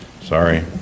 Sorry